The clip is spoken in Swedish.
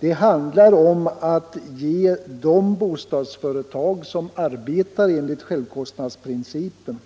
Det handlar om att ge de bostadsföretag som arbetar enligt självkostnadsprincipen